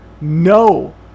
No